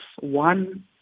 one